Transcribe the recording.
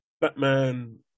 Batman